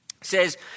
says